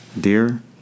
Dear